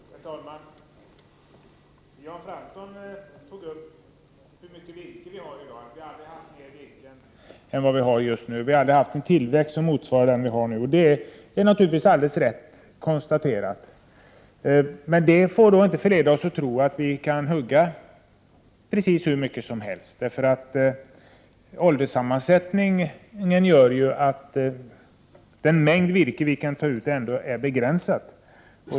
Herr talman! Jan Fransson tog upp hur mycket virke vi har i dag och framhöll att vi aldrig har haft mer virke än just nu liksom att vi heller aldrig har haft en större virkestillväxt än nu. Det är naturligtvis alldeles riktigt. Men det får inte förleda oss att tro att vi kan avverka hur mycket som helst. Ålderssammansättningen gör ju att den mängd virke som vi kan ta ut är begränsad.